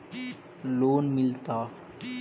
Loan मिलता?